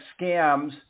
scams